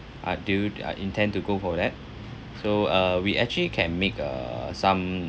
uh do you uh intend to go for that so uh we actually can make uh some